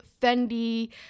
Fendi